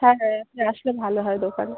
হ্যাঁ হ্যাঁ একদিন আসলে ভালো হয় দোকানে